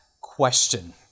question